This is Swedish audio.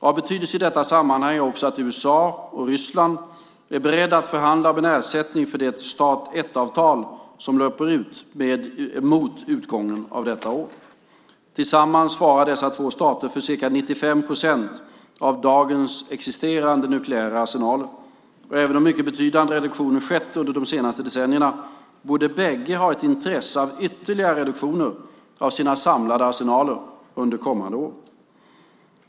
Av betydelse i detta sammanhang är också att USA och Ryssland är beredda att förhandla om en ersättning för det Start 1-avtal som löper ut med utgången av detta år. Tillsammans svarar dessa två stater för ca 95 procent av dagens existerande nukleära arsenaler, och även om mycket betydande reduktioner skett under de senaste decennierna borde bägge ha ett intresse av ytterligare reduktioner av sina samlade arsenaler under kommande år.